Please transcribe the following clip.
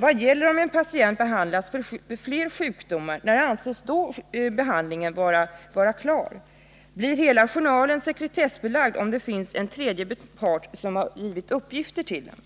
Vad gäller om en patient behandlas för flera sjukdomar? När anses då behandlingen vara avslutad? 2. Blir hela journalen sekretessbelagd, om det finns en tredje part som har givit uppgifter till journalen? 3.